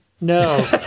No